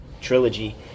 trilogy